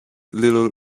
little